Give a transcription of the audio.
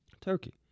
turkey